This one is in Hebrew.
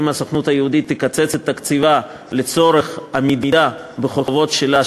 אם הסוכנות היהודית תקצץ את תקציבה לצורך עמידה בחובות שלה,